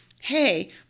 hey